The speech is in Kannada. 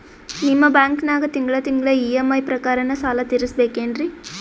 ನಿಮ್ಮ ಬ್ಯಾಂಕನಾಗ ತಿಂಗಳ ತಿಂಗಳ ಇ.ಎಂ.ಐ ಪ್ರಕಾರನ ಸಾಲ ತೀರಿಸಬೇಕೆನ್ರೀ?